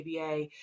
ABA